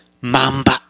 Mamba